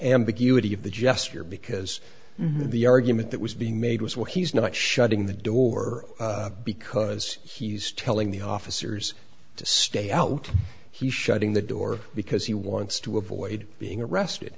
ambiguity of the gesture because the argument that was being made was well he's not shutting the door because he's telling the officers to stay out he shutting the door because he wants to avoid being arrested